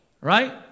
Right